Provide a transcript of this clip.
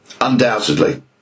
Undoubtedly